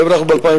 היום אנחנו ב-2010.